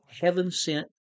heaven-sent